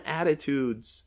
attitudes